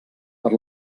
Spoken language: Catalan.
per